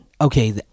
Okay